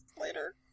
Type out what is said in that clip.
later